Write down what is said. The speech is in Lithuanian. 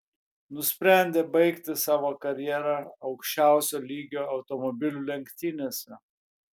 nusprendė baigti savo karjerą aukščiausio lygio automobilių lenktynėse